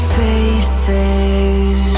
faces